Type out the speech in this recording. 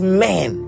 man